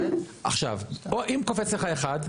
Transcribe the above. אם קופץ לך אחד,